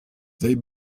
they